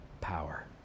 power